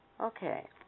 Okay